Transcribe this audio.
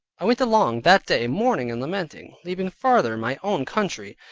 i went along that day mourning and lamenting, leaving farther my own country,